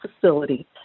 facility